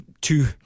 two